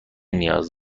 نیاز